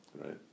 right